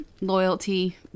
Loyalty